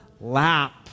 lap